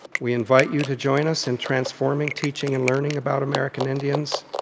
we invite you to join us in transforming teaching and learning about american indians